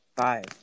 five